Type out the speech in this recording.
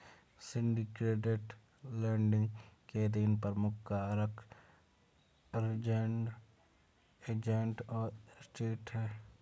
syndicated lending के तीन प्रमुख कारक अरेंज्ड, एजेंट और ट्रस्टी हैं